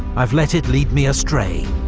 i've let it lead me astray.